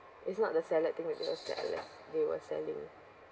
it's not the salad thing it's because that I love they were selling